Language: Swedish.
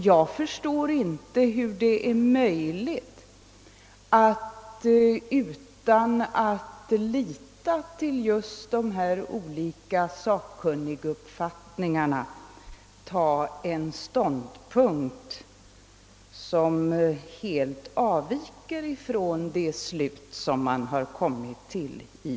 Jag förstår inte hur det är möjligt att utan att lita till de olika sakkunniguppfattningarna inta en ståndpunkt som helt avviker från den som de berörda instanserna har kommit fram till.